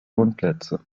wohnplätze